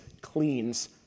cleans